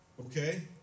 Okay